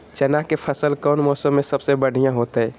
चना के फसल कौन मौसम में सबसे बढ़िया होतय?